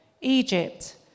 Egypt